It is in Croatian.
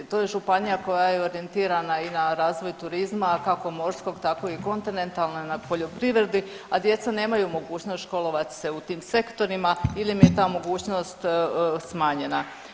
To je županija koja je orijentirana i na razvoj turizma, kako morskog tako i kontinentalno na poljoprivredi, a djeca nemaju mogućnost školovati se u tim sektorima ili im je ta mogućnost smanjena.